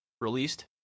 released